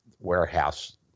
warehouse